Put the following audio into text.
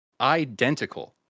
Identical